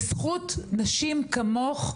בזכות נשים כמוך,